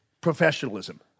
professionalism